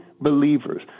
believers